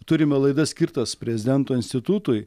turime laidas skirtas prezidento institutui